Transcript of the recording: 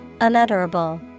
unutterable